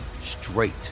straight